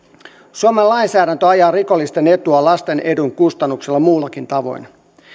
suomen lainsäädäntö ajaa rikollisten etua lasten edun kustannuksella muullakin tavoin